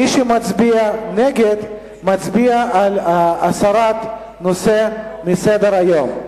מי שמצביע נגד, מצביע על הסרת הנושא מסדר-היום.